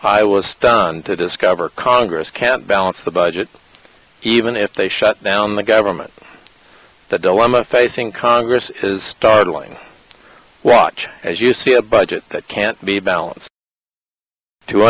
i was stunned to discover congress can't balance the budget even if they shut down the government the dilemma facing congress is startling watch as you see a budget that can't be balanced to